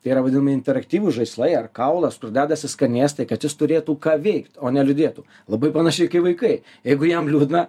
tai yra vadinami interaktyvūs žaislai ar kaulas dedasi skanėstai kad jis turėtų ką veikt o ne liūdėtų labai panašiai kaip vaikai jeigu jam liūdna